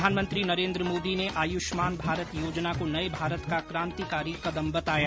प्रधानमंत्री नरेन्द्र मोदी ने आयुष्मान भारत योजना को नए भारत का क्रान्तिकारी कदम बताया